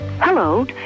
Hello